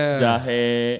jahe